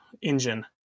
engine